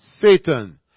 Satan